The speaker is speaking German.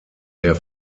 der